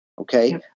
Okay